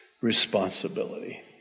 responsibility